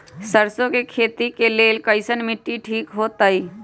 सरसों के खेती के लेल कईसन मिट्टी ठीक हो ताई?